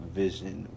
vision